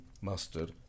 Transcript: mustard